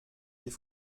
die